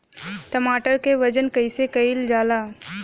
टमाटर क वजन कईसे कईल जाला?